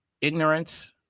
Ignorance